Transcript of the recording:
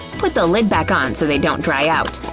put the lid back on so they don't dry out.